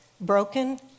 Broken